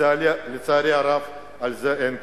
לצערי הרב לזה אין כסף.